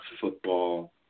football